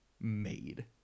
made